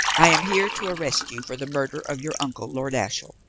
i am here to arrest you for the murder of your uncle, lord ashiel,